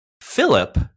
Philip